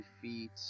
feet